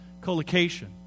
collocation